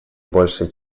большей